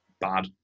bad